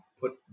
put